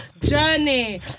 journey